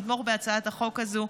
לתמוך בהצעת החוק הזו.